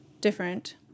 different